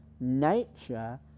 nature